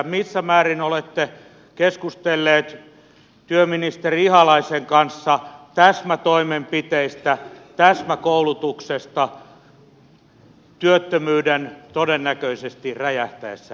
missä määrin olette keskustellut työministeri ihalaisen kanssa täsmätoimenpiteistä täsmäkoulutuksesta työttömyyden todennäköisesti räjähtäessä lähiaikoina